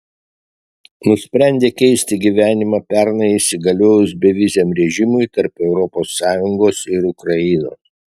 nusprendė keisti gyvenimą pernai įsigaliojus beviziam režimui tarp europos sąjungos ir ukrainos